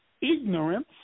ignorance